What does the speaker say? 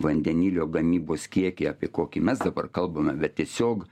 vandenilio gamybos kiekį apie kokį mes dabar kalbame bet tiesiog